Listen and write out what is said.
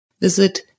Visit